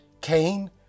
Cain